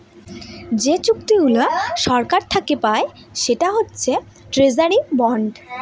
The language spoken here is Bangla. যে চুক্তিগুলা সরকার থাকে পায় সেটা হচ্ছে ট্রেজারি বন্ড